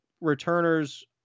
returners